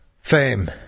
fame